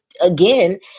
again